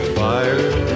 fire